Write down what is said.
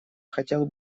хотел